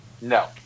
No